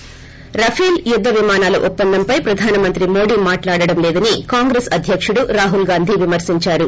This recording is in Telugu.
ి రఫీల్ యుద్ద విమానాల ఒప్పందంపై ప్రధానమంత్రి మోదీ మాట్లాడడం లేదని కాంగ్రెస్ అధ్యక్షుడు రాహుల్ గాంధీ విమర్పించారు